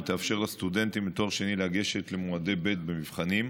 שתאפשר לסטודנטים לתואר שני לגשת למועדי ב' במבחנים,